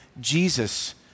Jesus